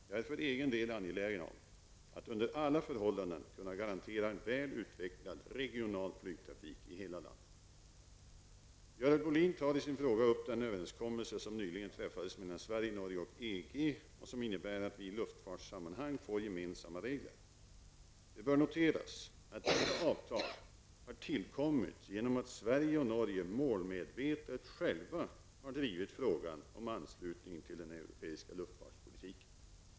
Jag är för egen del angelägen om att under alla förhållanden kunna garantera en väl utvecklad regional flygtrafik i hela landet. Görel Bohlin tar i sin fråga upp den överenskommelse som nyligen träffades mellan Sverige, Norge och EG och som innebär att vi i luftfartssammanhang får gemensamma regler. Det bör noteras att detta avtal har tillkommit genom att Sverige och Norge målmedvetet själva har drivit frågan om anslutning till den europeiska luftfartspolitiken.